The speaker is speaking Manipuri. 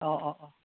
ꯑꯧ ꯑꯧ ꯑꯧ